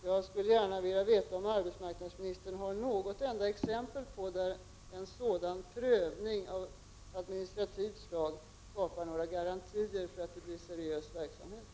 Jag skulle gärna vilja veta om arbetsmarknadsministern har något enda exempel på att en sådan prövning av administrativt slag skapar garantier för att verksamheten blir seriös.